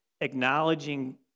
acknowledging